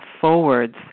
forwards